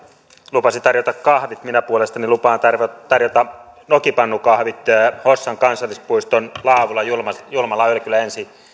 lupasi tarjota kahvit minä puolestani lupaan tarjota tarjota nokipannukahvit hossan kansallispuiston laavulla julmalla julmalla ölkyllä ensi